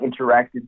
interacted